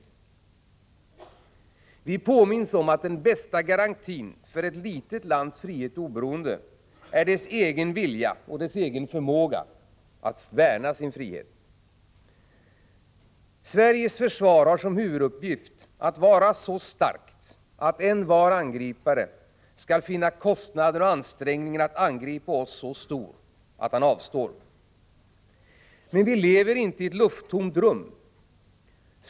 Vi påminns eller borde åtminstone påminnas om att den bästa garantin för ett litet lands frihet och oberoende är dess egen vilja och förmåga att värna sin frihet. Vårt svenska försvar har som huvuduppgift att vara så starkt att envar angripare skall finna kostnaden och ansträngningen att angripa oss så stor att han avstår. Men vi lever inte i ett lufttomt rum.